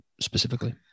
specifically